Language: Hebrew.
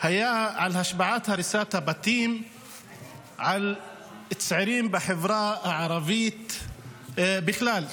היה השפעת הריסת הבתים על צעירים בחברה הערבית בכלל.